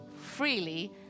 freely